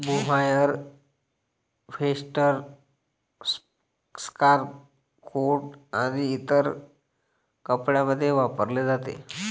mohair sweater, scarf, coat आणि इतर कपड्यांमध्ये वापरले जाते